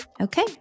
Okay